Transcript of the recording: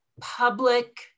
public